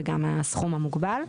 וגם הסכום המוגבל.